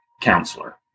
counselor